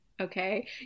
Okay